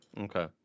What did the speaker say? okay